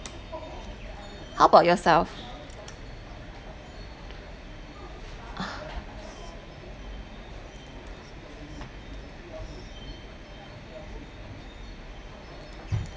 how about yourself